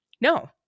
No